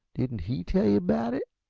didn't he tell yuh about it?